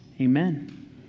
Amen